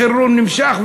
החירום נמשך,